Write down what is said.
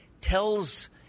tells